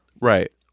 Right